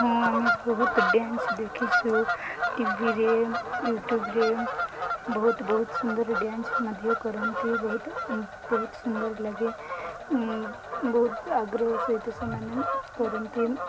ହଁ ଆମେ ବହୁତ ଡ୍ୟାନ୍ସ ଦେଖିଛୁ ଟିଭିରେ ୟୁଟ୍ୟୁବ୍ରେ ବହୁତ ବହୁତ ସୁନ୍ଦର ଡ୍ୟାନ୍ସ ମଧ୍ୟ କରନ୍ତି ବହୁତ ବହୁତ ସୁନ୍ଦର ଲାଗେ ବହୁତ ଆଗ୍ରହ ସହିତ ସେମାନେ କରନ୍ତି